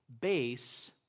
base